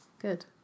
Good